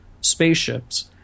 spaceships